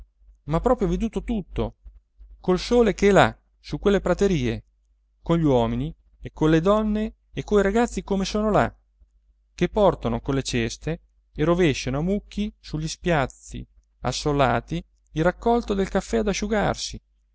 ma proprio veduto tutto col sole che è là su quelle praterie con gli uomini e con le donne e coi ragazzi come sono là che portano con le ceste e rovesciano a mucchi sugli spiazzi assolati il raccolto del caffè ad asciugarsi